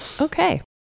Okay